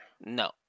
no